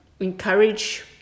Encourage